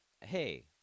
hey